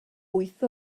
wyth